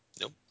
Nope